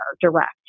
direct